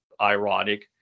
ironic